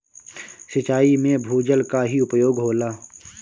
सिंचाई में भूजल क ही उपयोग होला